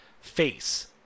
face